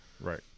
Right